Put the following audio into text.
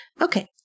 Okay